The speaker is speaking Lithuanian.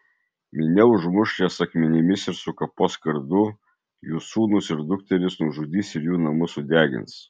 minia užmuš jas akmenimis ir sukapos kardu jų sūnus ir dukteris nužudys ir jų namus sudegins